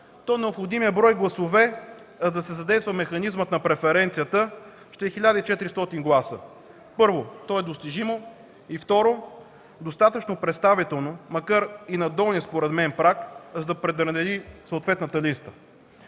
то необходимият брой гласове, за да се задейства механизмът на преференцията, ще е 1400 гласа. Първо, то е достижимо, и второ – достатъчно представително, макар и на долния според мен праг, за да пренареди съответната листа.